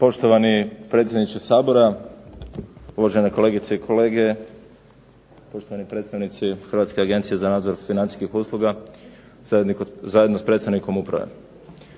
Poštovani predsjedniče Sabora, uvažene kolegice i kolege, poštovani predstavnici Hrvatske agencije za nadzor financijskih usluga zajedno s predstavnikom uprave.